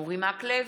אורי מקלב,